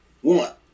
one